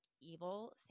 evil